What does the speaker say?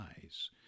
eyes